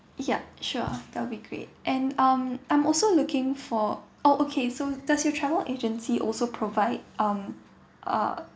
yup sure that will be great and um I'm also looking for orh okay so does your travel agency also provide um uh